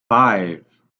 five